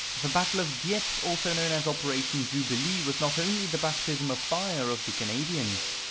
the battle of dieppe also known as operation jubilee was not only the baptism of fire of the canadians.